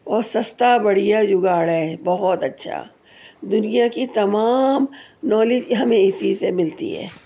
بہت سستا اور بڑھیا جگاڑ ہے بہت اچھا دنیا کی تمام نالج ہمیں اسی سے ملتی ہے